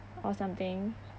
or something